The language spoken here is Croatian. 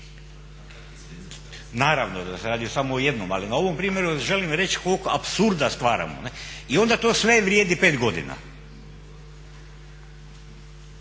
Naravno da se radi o samo jednom ali na ovom primjeru želim reći koliko apsurda stvaramo. I onda to sve vrijedi 5 godina.